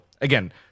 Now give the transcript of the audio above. again